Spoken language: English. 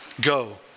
go